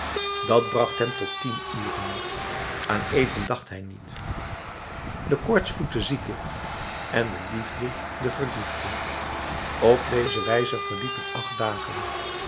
dat bracht hem tot tien uren aan eten dacht hij niet de koorts voedt den zieke en de liefde den verliefde op deze wijze verliepen acht dagen